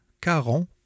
Caron